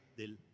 del